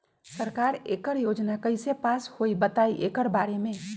सरकार एकड़ योजना कईसे पास होई बताई एकर बारे मे?